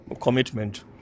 commitment